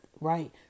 right